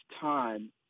time